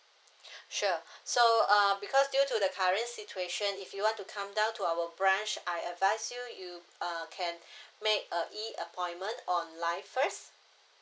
sure so uh because due to the current situation if you want to come down to our branch I advice you you uh can make a E appointment online first